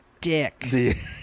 dick